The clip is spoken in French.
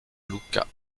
luka